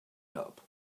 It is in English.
help